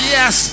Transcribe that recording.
Yes